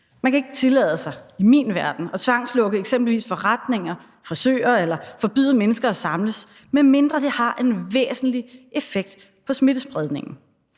Man kan ikke tillade sig – i min verden – at tvangslukke eksempelvis forretninger, frisører eller forbyde mennesker at samles, medmindre det har en væsentlig effekt på smittespredningen.